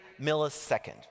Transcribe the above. millisecond